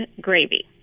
gravy